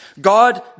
God